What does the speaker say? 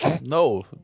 No